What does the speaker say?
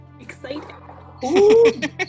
Excited